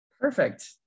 Perfect